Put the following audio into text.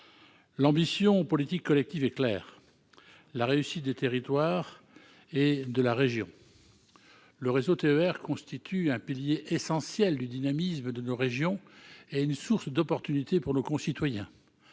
L'ambition politique collective est claire : la réussite des territoires et de la région. Le réseau TER constitue un pilier essentiel du dynamisme de nos régions et une source d'opportunités pour nos concitoyens.